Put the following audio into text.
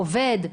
הוא עובד?